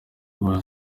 rwa